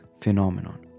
phenomenon